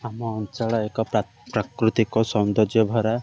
ଆମ ଅଞ୍ଚଳ ଏକ ପ୍ରା ପ୍ରାକୃତିକ ସୌନ୍ଦର୍ଯ୍ୟ ଭରା